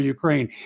Ukraine